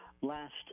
last